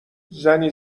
زنی